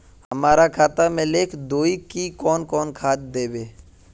हमरा खाता में लिख दहु की कौन कौन खाद दबे?